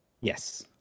yes